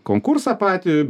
konkursą patį